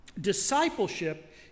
discipleship